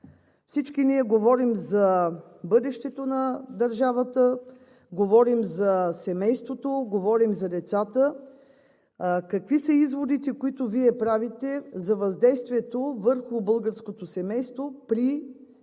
всички ние говорим за бъдещето на държавата, говорим за семейството, говорим за децата, какви са изводите, които Вие правите, за въздействието върху българското семейство при работа